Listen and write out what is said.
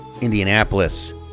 Indianapolis